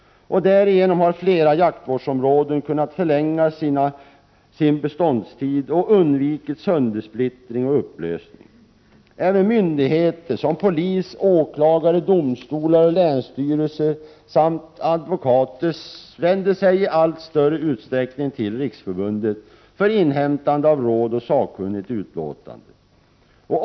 Därigenom har flera jaktvårdsområden kunnat förlänga sin beståndstid och undvikit splittring och upplösning. Även myndigheter som polis, åklagare, domstolar och länsstyrelser samt advokater vänder sig i allt större utsträckning till riksförbundet för inhämtan 105 de av råd och sakkunnigt utlåtande.